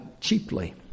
cheaply